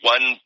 One